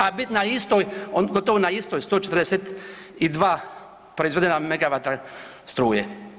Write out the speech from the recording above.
A bit na istoj, gotovo na istoj, 142 proizvedena megavata struje.